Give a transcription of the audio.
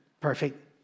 perfect